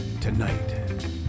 tonight